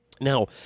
Now